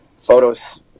photos